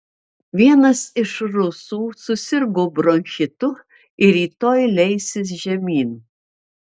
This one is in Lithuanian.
vienas iš rusų susirgo bronchitu ir rytoj leisis žemyn